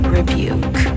Rebuke